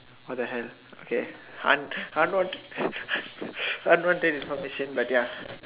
what the hell okay Han Han want Han wanted condition but ya